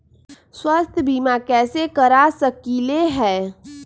स्वाथ्य बीमा कैसे करा सकीले है?